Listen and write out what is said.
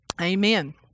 Amen